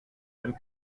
ein